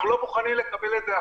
אנחנו לא מוכנים לקבל את זה.